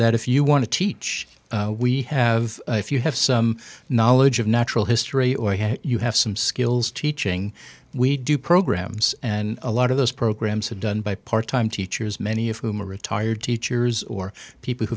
that if you want to teach we have if you have some knowledge of natural history or you have some skills teaching we do programs and a lot of those programs are done by part time teachers many of whom are retired teachers or people who